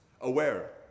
Aware